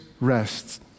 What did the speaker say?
rests